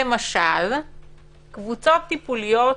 למשל קבוצות טיפוליות